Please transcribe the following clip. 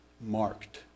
marked